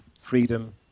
freedom